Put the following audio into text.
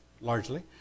largely